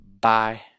Bye